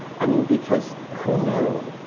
i mean, because who knew?